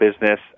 business